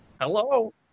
hello